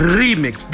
remix